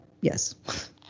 Yes